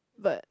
but